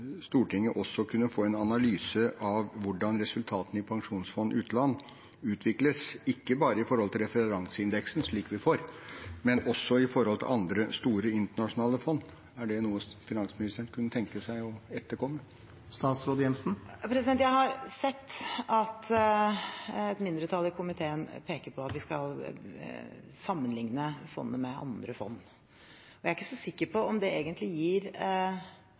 Stortinget også kunne få en analyse av hvordan resultatene i pensjonsfond utland utvikles, ikke bare i forhold til referanseindeksen, slik vi får, men også i forhold til andre store internasjonale fond. Er det noe finansministeren kunne tenke seg å etterkomme? Jeg har sett at mindretallet i komiteen peker på at vi skal sammenligne fondet med andre fond. Jeg er ikke så sikker på om det egentlig gir